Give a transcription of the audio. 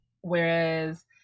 whereas